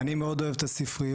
אני מאוד אוהב את הספריות.